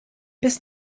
bis